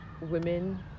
women